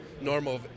normal